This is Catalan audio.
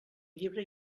llibre